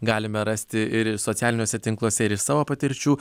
galime rasti ir socialiniuose tinkluose ir iš savo patirčių